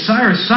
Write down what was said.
Cyrus